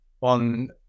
on